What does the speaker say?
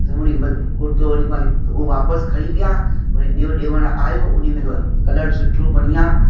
त उन खे बद कुर्तो वरी मां उहो वापसि खणी विया वरी ॿियो ॾियणु आहियो उन में कलर सुठो बढ़िया